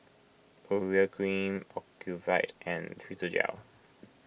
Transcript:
Urea Cream Ocuvite and Physiogel